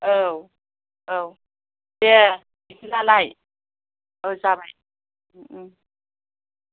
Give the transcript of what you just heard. औ औ दे बिदिबालाय ओ जाबाय उम